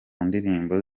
ndirimbo